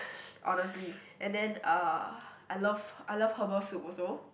honestly and then uh I love I love herbal soup also